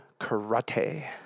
karate